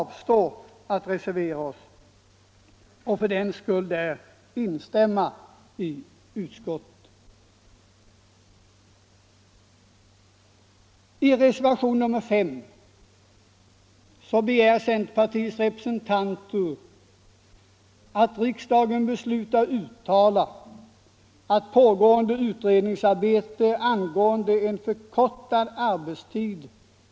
Vi är också glada åt att det skall bli ännu bättre i fråga om de här 5 mars 1975 pensionstillskotten i framtiden.